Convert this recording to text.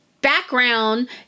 background